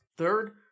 Third